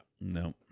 No